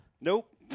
Nope